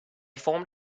formed